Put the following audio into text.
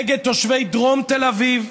נגד תושבי דרום תל אביב,